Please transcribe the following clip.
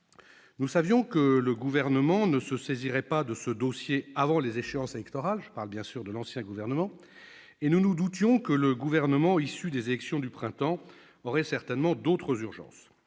Nous savions que l'ancien gouvernement ne se saisirait pas de ce dossier avant les échéances électorales et nous nous doutions que le gouvernement issu des élections du printemps aurait certainement d'autres urgences.